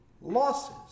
losses